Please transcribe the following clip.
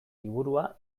liburua